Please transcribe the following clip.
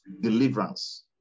deliverance